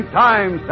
time